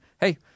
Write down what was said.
hey